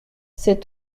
c’est